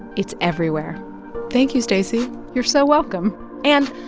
it's everywhere thank you, stacey you're so welcome and,